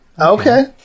Okay